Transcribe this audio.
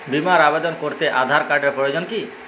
বিমার আবেদন করতে আধার কার্ডের প্রয়োজন কি?